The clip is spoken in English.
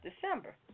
December